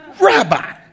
rabbi